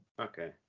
okay